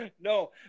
No